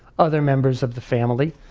other members of the family.